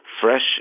fresh